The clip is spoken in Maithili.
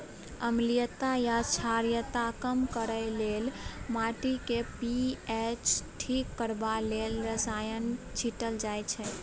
अम्लीयता या क्षारीयता कम करय लेल, माटिक पी.एच ठीक करबा लेल रसायन छीटल जाइ छै